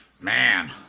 Man